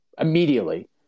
immediately